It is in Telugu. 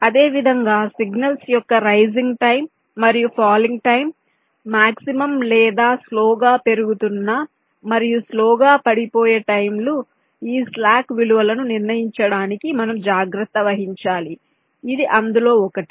అదేవిధంగా సిగ్నల్స్ యొక్క రైసింగ్ టైం మరియు ఫాలింగ్ టైం మాక్సిమం లేదా స్లో గా పెరుగుతున్న మరియు స్లో గా పడిపోయే టైం లు ఈ స్లాక్ విలువలను నిర్ణయించడానికి మనము జాగ్రత్త వహించాలి ఇది అందులో ఒకటి